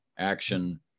Action